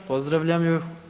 Pozdravljam ju.